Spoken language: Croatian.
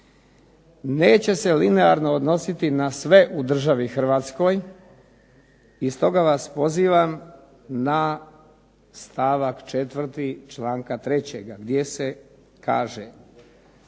Neće se linearno odnositi na sve u državi Hrvatskoj i stoga vas pozivam na stavak četvrti članka trećega gdje se kaže: